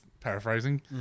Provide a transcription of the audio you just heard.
paraphrasing